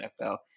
NFL